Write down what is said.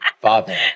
Father